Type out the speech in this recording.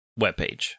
webpage